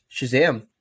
Shazam